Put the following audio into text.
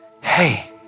Hey